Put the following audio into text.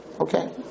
okay